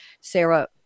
Sarah